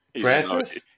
Francis